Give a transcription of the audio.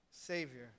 Savior